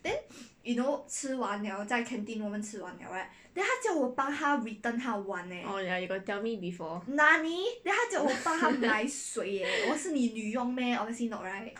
oh ya you got tell me before